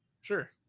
Sure